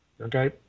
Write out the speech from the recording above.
Okay